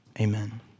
Amen